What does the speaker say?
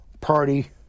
party